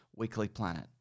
weeklyplanet